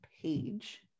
page